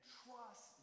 trust